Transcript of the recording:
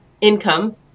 income